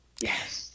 Yes